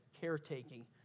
caretaking